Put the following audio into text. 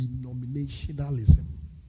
denominationalism